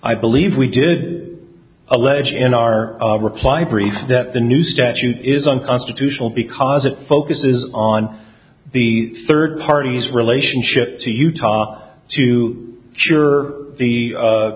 i believe we did allege in our reply brief that the new statute is unconstitutional because it focuses on the third party's relationship to utah to cure the